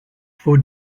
for